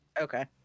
Okay